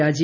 രാജി